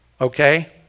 Okay